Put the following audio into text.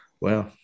Wow